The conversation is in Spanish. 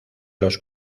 los